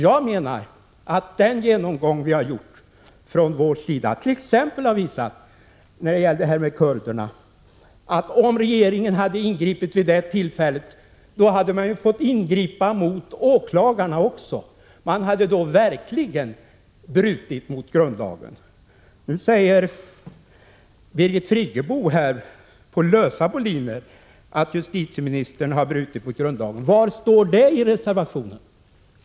Jag menar att den genomgång vi har gjort exempelvis när det gäller kurderna har visat att om regeringen hade ingripit vid det tillfället, hade man fått ingripa också mot åklagarna. Då hade man verkligen brutit mot grundlagen. På lösa boliner säger Birgit Friggebo att justitieministern har brutit mot grundlagen. Var står det i reservationen?